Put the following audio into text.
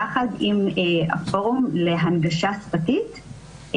יחד עם הפורום להנגשה שפתית,